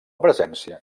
presència